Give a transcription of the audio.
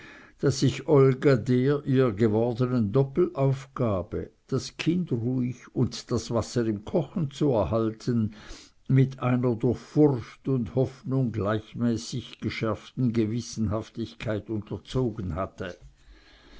daß sich olga der ihr gewordenen doppelaufgabe das kind ruhig und das wasser im kochen zu erhalten mit einer durch furcht und hoffnung gleichmäßig geschärften gewissenhaftigkeit unterzogen hatte